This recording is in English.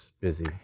busy